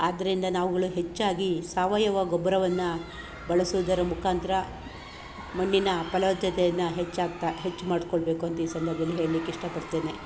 ಆದ್ರಿಂದ ನಾವುಗಳು ಹೆಚ್ಚಾಗಿ ಸಾವಯವ ಗೊಬ್ಬರವನ್ನು ಬಳಸುವುದರ ಮುಖಾಂತ್ರ ಮಣ್ಣಿನ ಫಲವತ್ತತೆಯನ್ನ ಹೆಚ್ಚಾಗ್ತಾ ಹೆಚ್ಚು ಮಾಡಿಕೊಳ್ಬೇಕು ಅಂತ ಈ ಸಂದರ್ಭದಲ್ಲಿ ಹೇಳ್ಲಿಕ್ಕೆ ಇಷ್ಟ ಪಡ್ತೇನೆ